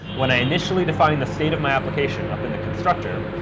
when i initially define the state of my application up in the constructor,